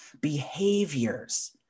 behaviors